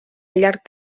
llarg